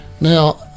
Now